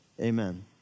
amen